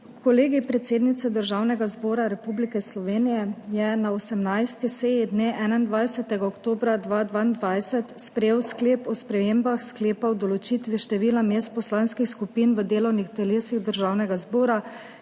Kolegij predsednice Državnega zbora je na 18. seji 21. oktobra 2022 sprejel Sklep o spremembah Sklepa o določitvi števila mest poslanskih skupin v delovnih telesih